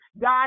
God